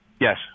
Yes